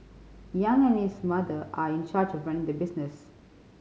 Yang and his mother are in charge of running the business